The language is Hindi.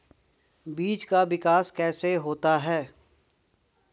बीज का विकास कैसे होता है?